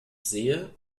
sehe